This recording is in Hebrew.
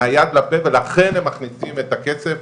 ולכן הם מכניסים את הכסף,